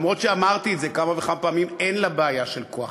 אף שאמרתי כמה וכמה פעמים: אין לה בעיה של כוח.